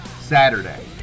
Saturday